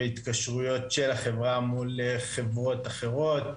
התקשרויות של החברה מול חברות אחרות,